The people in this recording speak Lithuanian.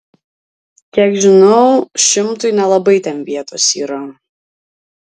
kiek žinau šimtui nelabai ten vietos yra